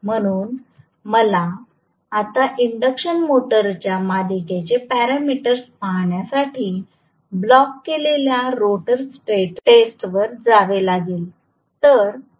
म्हणून आता मला इंडक्शन मोटरच्या मालिकेचे पॅरामीटर्स पाहण्यासाठी ब्लॉक केलेल्या रोटर टेस्टवर जावे लागले